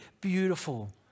beautiful